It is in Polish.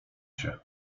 się